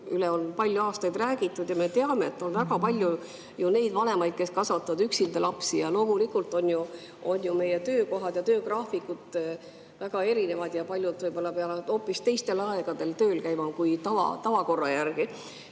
üle on palju aastaid räägitud ja me teame, et on väga palju vanemaid, kes kasvatavad üksinda lapsi, ja loomulikult on ju meie töökohad ja töögraafikud väga erinevad ja paljud võib-olla peavad hoopis teistel aegadel tööl käima kui tavakorra järgi.